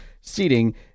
seating